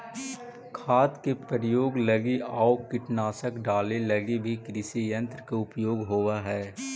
खाद के प्रयोग लगी आउ कीटनाशक डाले लगी भी कृषियन्त्र के उपयोग होवऽ हई